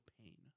pain